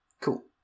cool